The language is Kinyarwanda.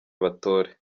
batore